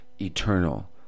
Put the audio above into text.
eternal